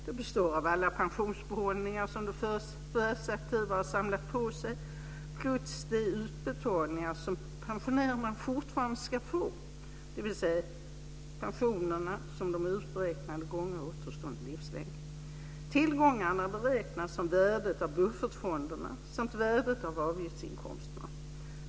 De består av alla pensionsbehållningar som de förvärvsaktiva har samlat på sig plus de utbetalningar som pensionärerna fortfarande ska få, dvs. pensionerna som de är uträknade gånger återstående livslängd Tillgångarna beräknas som värdet av buffertfonderna samt värdet av avgiftsinkomsterna.